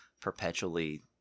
perpetually